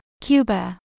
Cuba